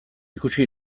ikusi